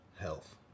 health